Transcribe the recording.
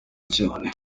cyane